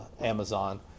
Amazon